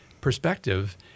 perspective